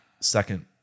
second